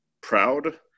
proud